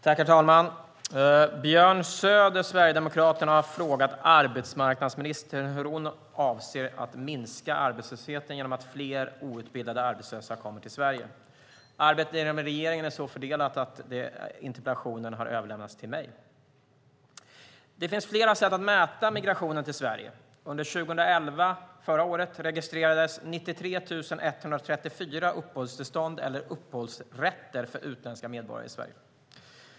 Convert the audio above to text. Herr talman! Björn Söder har frågat arbetsmarknadsministern hur hon avser att minska arbetslösheten genom att fler outbildade arbetslösa kommer till Sverige. Arbetet inom regeringen är så fördelat att interpellationen har överlämnats till mig. Det finns flera sätt att mäta migrationen till Sverige. Under 2011 registrerades 93 134 uppehållstillstånd eller uppehållsrätter för utländska medborgare i Sverige.